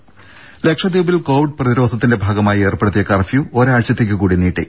രെട ലക്ഷദ്വീപിൽ കോവിഡ് പ്രതിരോധത്തിന്റെ ഭാഗമായി ഏർപ്പെടുത്തിയ കർഫ്യു ഒരാഴ്ചത്തേക്കുകൂടി നീട്ടി